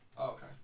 Okay